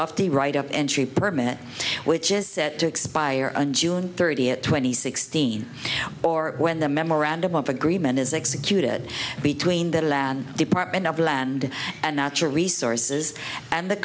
of the right of entry permit which is set to expire and june thirtieth twenty sixteen or when the memorandum of agreement is executed between the land department of land and natural resources and the